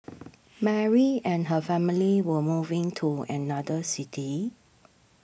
Mary and her family were moving to another city